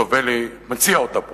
חוטובלי הציעה אותה פה,